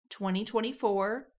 2024